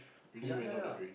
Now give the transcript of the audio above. ya ya ya